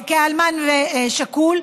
כאלמן שכול,